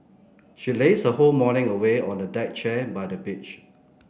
she lazed her whole morning away on a deck chair by the beach